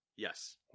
Yes